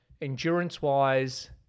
endurance-wise